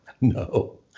no